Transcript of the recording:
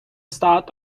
start